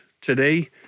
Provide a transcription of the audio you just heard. today